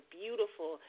beautiful